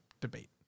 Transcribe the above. debate